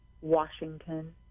washington